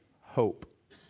hope